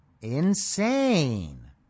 insane